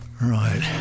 Right